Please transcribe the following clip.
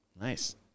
nice